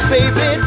Baby